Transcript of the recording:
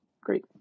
Great